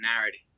narrative